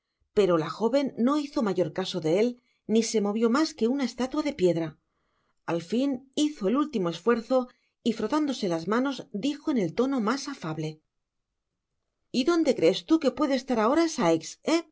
pero la joven no hizo mayor caso de él ni se movió mas que una estatua de piedra al fin hizo el último esfuerzo y frotándose las manos dijo cori el tono mas afable y dónde crees tu que puede estar ahora sikes